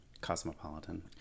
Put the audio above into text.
cosmopolitan